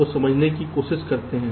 तो समझने की कोशिश करते हैं